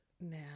now